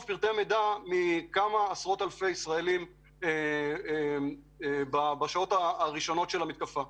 פרטי מידע מכמה עשרות אלפי ישראלים בשעות הראשונות של המתקפה.